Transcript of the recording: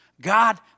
God